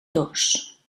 dos